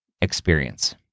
experience